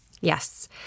Yes